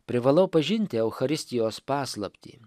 privalau pažinti eucharistijos paslaptį